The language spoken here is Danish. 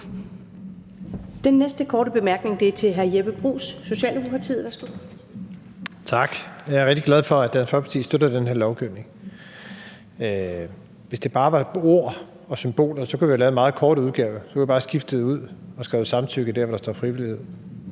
Den næste korte bemærkning er til hr. Jeppe Bruus, Socialdemokratiet. Værsgo. Kl. 12:29 Jeppe Bruus (S): Tak. Jeg er rigtig glad for, at Dansk Folkeparti støtter den her lovgivning. Hvis det bare var ord og symboler, kunne vi jo have lavet en meget kort udgave. Så kunne vi bare have skiftet ordet ud og skrevet »samtykke« der, hvor der står »frivillighed«.